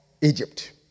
Egypt